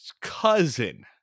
cousin